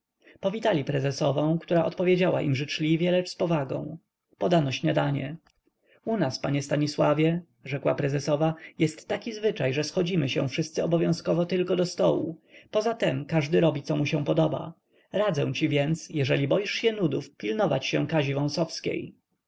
powitali prezesową która odpowiedziała im życzliwie lecz z powagą podano śniadanie u nas panie stanisławie mówiła prezesowa jest taki zwyczaj że schodzimy się wszyscy obowiązkowo tylko do stołu poza tem każdy robi co mu się podoba radzę ci więc jeżeli boisz się nudów pilnować się kazi